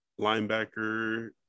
linebacker